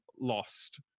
lost